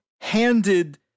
handed